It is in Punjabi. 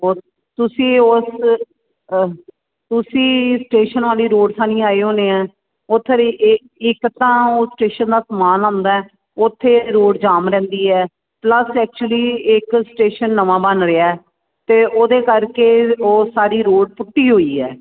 ਉਹ ਤੁਸੀਂ ਉਸ ਤੁਸੀਂ ਸਟੇਸ਼ਨ ਵਾਲੀ ਰੋਡ ਥਾਨੀ ਆਏ ਹੋਣੇ ਆ ਉੱਥੇ ਦੀ ਇੱਕ ਇੱਕ ਤਾਂ ਉਹ ਸਟੇਸ਼ਨ ਦਾ ਸਮਾਨ ਆਉਂਦਾ ਉੱਥੇ ਰੋਡ ਜਾਮ ਰਹਿੰਦੀ ਹੈ ਪਲਸ ਐਕਚੁਲੀ ਇੱਕ ਸਟੇਸ਼ਨ ਨਵਾਂ ਬਣ ਰਿਹਾ ਅਤੇ ਉਹਦੇ ਕਰਕੇ ਉਹ ਸਾਰੀ ਰੋਡ ਫੁੱਟੀ ਹੋਈ ਹੈ